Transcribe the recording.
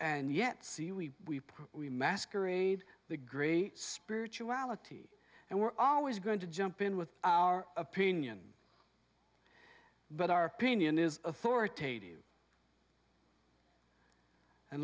and yet see we weep we masquerade the great spirituality and we're always going to jump in with our opinion but our opinion is authoritative and